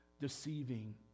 deceiving